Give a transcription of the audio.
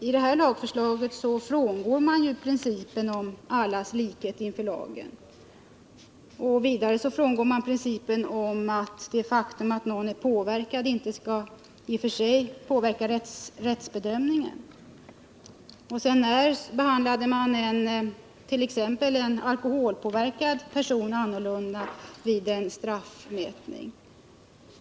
I detta lagförslag frångår man ju principen om allas likhet inför lagen. Vidare frångår man principen om att det faktum att någon är påverkad inte skall inverka på rättsbedömningen. När behandlade man t.ex. en alkoholpåverkad person annorlunda vid en straffmätning?